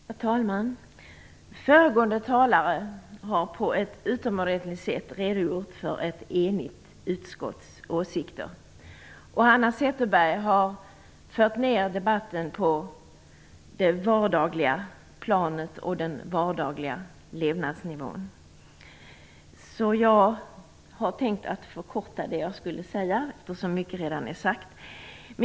Herr talman! Föregående talare har på ett utomordentligt sätt redogjort för ett enigt utskotts åsikter. Hanna Zetterberg har fört ner debatten på det vardagliga planet och den vardagliga levnadsnivån. Därför har jag tänkt förkorta det jag skulle säga eftersom mycket redan är sagt.